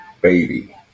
baby